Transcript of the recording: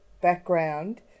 background